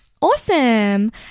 Awesome